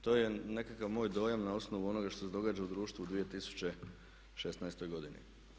To je nekakav moj dojam na osnovu onoga što se događa u društvu u 2016. godini.